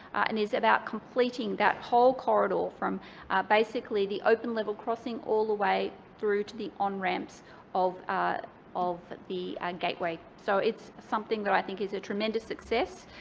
and it is about completing that whole corridor from basically the open level crossing all the way through to the on-ramps of of the gateway. so it's something that i think is a tremendous success.